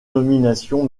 nominations